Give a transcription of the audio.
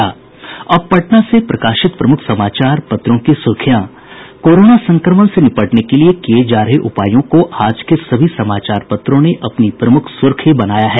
अब पटना से प्रकाशित प्रमुख समाचार पत्रों की सुर्खियां कोरोना संक्रमण से निपटने के लिए किये जा रहे उपायों को आज के सभी समाचार पत्रों ने अपनी प्रमुख सुर्खी बनाया है